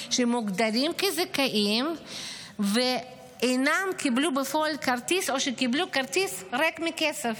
שמוגדרים כזכאים ולא קיבלו בפועל כרטיס או שקיבלו כרטיס ריק מכסף.